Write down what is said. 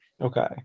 okay